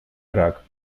ирак